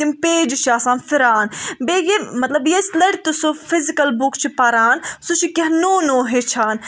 تِم پیجِس چھِ آسان فِران بیٚیہِ یہِ مطلب ییژِ لَٹہِ تہِ سُہ فِزِکَل بُک چھِ پَران سُہ چھُ کیٚنٛہہ نوٚو نوٚو ہیٚچھان